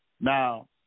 Now